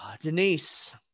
Denise